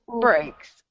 breaks